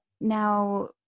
now